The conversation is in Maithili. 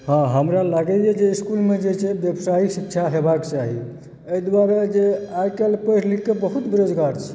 हँ हमरा लागय जे जे छै व्यवसायिक शिक्षा हेबाक चाही एहि दुआरे जे आइकाल्हि पढ़ि लिखके बहुत बेरोजगार छै